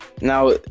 now